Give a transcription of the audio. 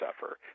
suffer